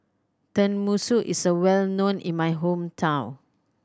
tenmusu is well known in my hometown